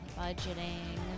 budgeting